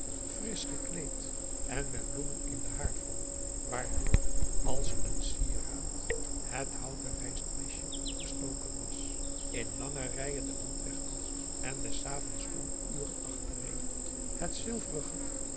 de dessa en met bloemen in de haarwrong waardoor als een sieraad het houten rijstmesje gestoken was in lange rijen den landweg af en des avonds klonk uren achtereen het zilverige